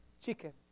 chicken